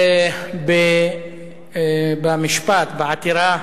במשפט, בעתירה,